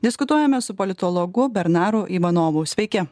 diskutuojame su politologu bernaru ivanovu sveiki